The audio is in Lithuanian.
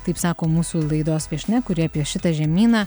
taip sako mūsų laidos viešnia kuri apie šitą žemyną